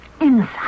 Inside